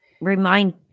remind